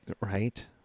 Right